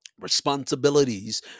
responsibilities